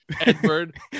Edward